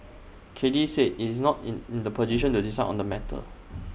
Cathay said IT is not in in the position to decide on the matter